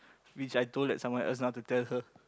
which I told that someone else not to tell her